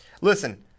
Listen